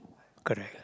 correct